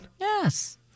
Yes